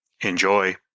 Enjoy